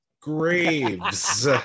Graves